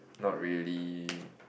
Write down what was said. not really